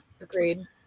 Agreed